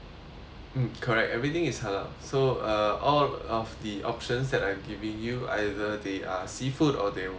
mm correct everything is halal so uh all of the options that I am giving you either they are seafood or they would be chicken